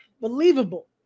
believable